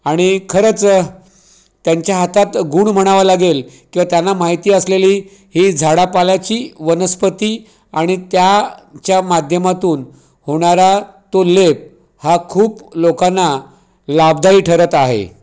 आणि खरंच त्यांच्या हातात गुण म्हणावा लागेल किंवा त्यांना माहिती असलेली ही झाडापाल्याची वनस्पती आणि त्याच्या माध्यमातून होणारा तो लेप हा खूप लोकांना लाभदायी ठरत आहे